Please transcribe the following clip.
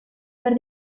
behar